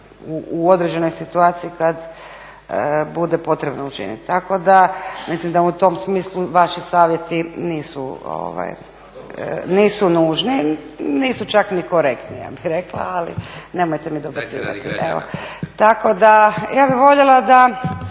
u određenoj situaciji kada bude potrebno učiniti. Tako da mislim da u tom smislu vaši savjeti nisu nužni. Nisu čak ni korektni, ja bih rekla ali nemojte mi dobacivati. Tako da ja bih voljela da